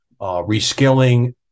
reskilling